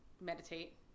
meditate